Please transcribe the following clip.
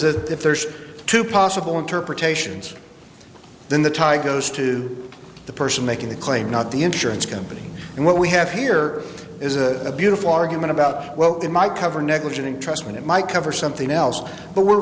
that if there's two possible interpretations then the tie goes to the person making the claim not the insurance company and what we have here is a beautiful argument about well it might cover negligent entrustment it might cover something else but we're